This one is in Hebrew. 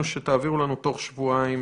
שתעבירו לנו תוך שבועיים.